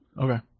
okay